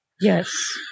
Yes